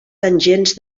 tangents